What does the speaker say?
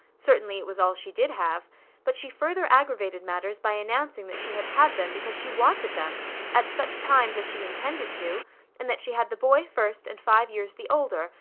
certainly it was all she did have but she further aggravated matters by announcing that she had had them because she wanted them at such times as she intended to and that she had the boy first and five years the older,